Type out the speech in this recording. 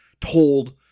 told